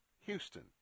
Houston